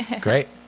Great